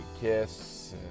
Kiss